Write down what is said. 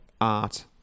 art